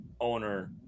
owner